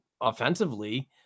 offensively